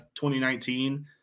2019